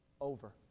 over